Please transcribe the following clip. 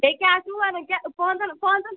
بیٚیہِ کیٛاہ چھُو وَنان کیٛاہ پانٛژَن پانٛژَن